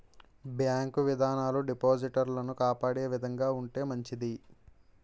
bank విధానాలు డిపాజిటర్లను కాపాడే విధంగా ఉంటే మంచిది